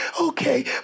okay